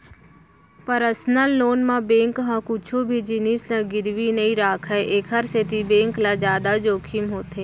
personal loan म bank ह कुछु भी जिनिस ल गिरवी नइ राखय एखर सेती बेंक ल जादा जोखिम होथे